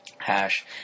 hash